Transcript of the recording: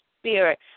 spirit